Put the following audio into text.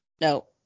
No